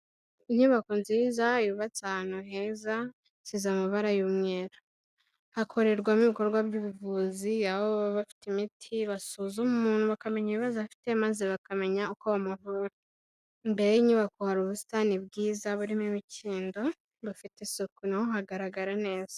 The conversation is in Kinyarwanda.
Inyubako nziza yubatse ahantu heza isize amabara y'umweru, hakorerwamo ibikorwa by'ubuvuzi aho baba bafite imiti basuzuma umuntu bakamenya ibibazo afite maze bakamenya uko bamuvura, imbere y'inyubako hari ubusitani bwiza burimo imikindo, bafite isuku naho hagaragara neza.